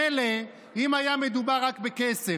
מילא אם היה מדובר רק בכסף,